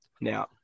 Now